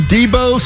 Debo